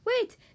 Wait